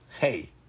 hey